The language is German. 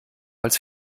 als